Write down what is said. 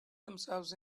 themselves